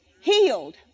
Healed